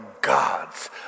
gods